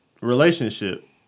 relationship